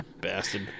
Bastard